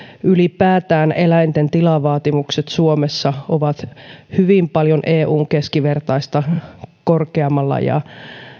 ylipäätään eläinten tilavaatimukset suomessa ovat hyvin paljon eun keskivertaista korkeammalla ja